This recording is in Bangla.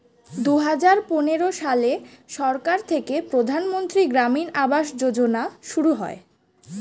দুহাজার পনেরো সালে সরকার থেকে প্রধানমন্ত্রী গ্রামীণ আবাস যোজনা শুরু হয়